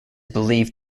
believed